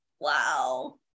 Wow